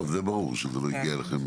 טוב, זה ברור, שזה לא הגיע אליכם.